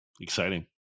exciting